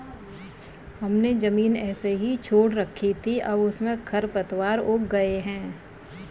हमने ज़मीन ऐसे ही छोड़ रखी थी, अब उसमें खरपतवार उग गए हैं